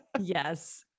Yes